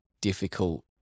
difficult